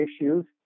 issues